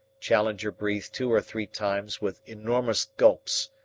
challenger breathed two or three times with enormous gulps,